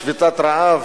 בשביתת רעב,